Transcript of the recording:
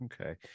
Okay